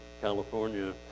California